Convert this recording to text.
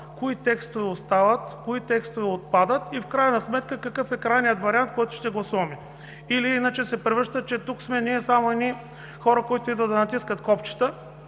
кои текстове остават, кои текстове отпадат и в крайна сметка какъв е крайният вариант, който ще гласуваме. Или иначе се оказва, че тук сме само едни хора, които идват да натискат копчета,